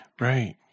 Right